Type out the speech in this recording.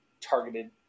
targeted